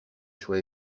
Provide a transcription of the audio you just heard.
choix